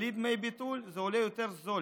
בלי דמי ביטול זה עולה יותר זול.